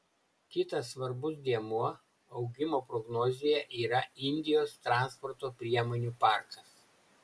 kitas svarbus dėmuo augimo prognozėje yra indijos transporto priemonių parkas